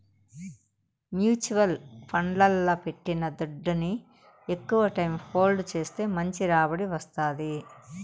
mutual ఫండ్లల్ల పెట్టిన దుడ్డుని ఎక్కవ టైం హోల్డ్ చేస్తే మంచి రాబడి వస్తాది